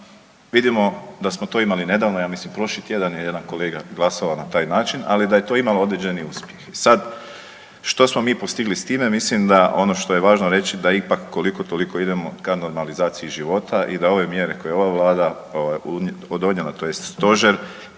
vidimo da smo to imali nedavno, ja mislim prošli tjedan je jedan kolega glasovao na taj način, ali da je to imalo određeni uspjeh. Sad što smo mi postigli s time mislim da ono što je važno reći da ipak koliko toliko idemo ka normalizaciji života i da ove mjere koje je ova Vlada donijela, tj. Stožer